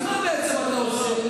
אז מה בעצם אתה עושה?